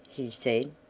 he said.